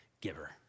giver